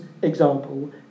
Example